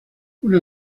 una